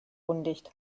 undicht